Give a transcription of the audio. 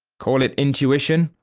call it intuition,